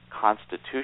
constitution